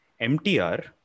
MTR